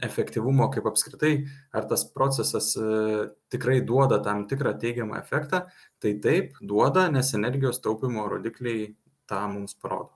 efektyvumo kaip apskritai ar tas procesas i tikrai duoda tam tikrą teigiamą efektą tai taip duoda nes energijos taupymo rodikliai tą mums parodo